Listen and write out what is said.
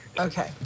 Okay